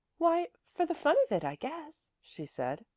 why, for the fun of it, i guess, she said.